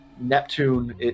Neptune